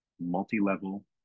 multi-level